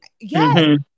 Yes